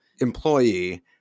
employee